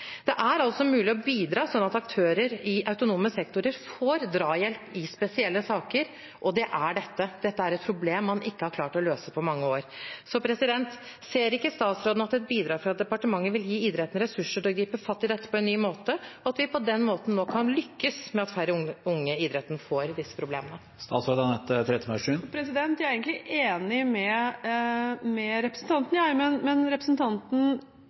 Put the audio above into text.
Det er altså mulig å bidra slik at aktører i autonome sektorer får drahjelp i spesielle saker, og det er dette. Dette er et problem man ikke har klart å løse på mange år. Ser ikke statsråden at et bidrag fra departementet vil gi idretten ressurser til å gripe fatt i dette på en ny måte, og at vi på den måten nå kan lykkes med at færre unge i idretten får disse problemene? Jeg er egentlig enig med representanten, men representanten